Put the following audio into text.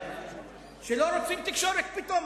שלא רוצים תקשורת פתאום?